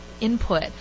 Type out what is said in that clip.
input